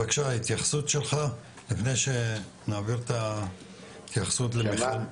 בבקשה התייחסות שלך לפני שנעביר את ההתייחסות למיכל.